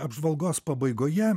apžvalgos pabaigoje